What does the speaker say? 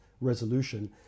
resolution